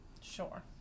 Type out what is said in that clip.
sure